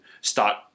start